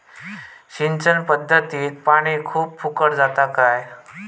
सिंचन पध्दतीत पानी खूप फुकट जाता काय?